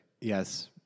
Yes